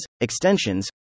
extensions